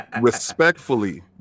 respectfully